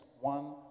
one